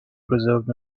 preserved